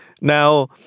Now